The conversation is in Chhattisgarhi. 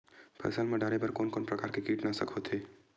फसल मा डारेबर कोन कौन प्रकार के कीटनाशक होथे?